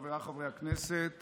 חבריי חברי הכנסת,